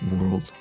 world